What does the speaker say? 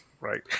Right